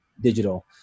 digital